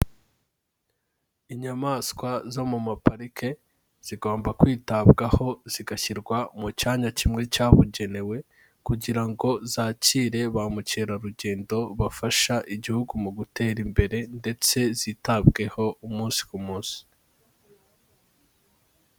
Inyamaswa zo mu maparike zigomba kwitabwaho zigashyirwa mu cyanya kimwe cyabugenewe kugira ngo zakire ba mukerarugendo, bafasha igihugu mu gutera imbere ndetse zitabweho umunsi ku munsi.